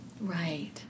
Right